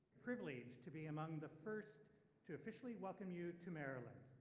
privileged to be among the first to officially welcome you to maryland.